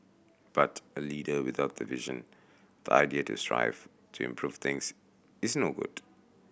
but a leader without vision the idea to strive to improve things is no good